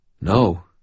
No